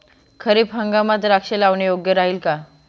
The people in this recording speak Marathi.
खरीप हंगामात द्राक्षे लावणे योग्य राहिल का?